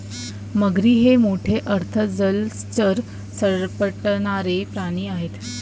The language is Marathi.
मगरी हे मोठे अर्ध जलचर सरपटणारे प्राणी आहेत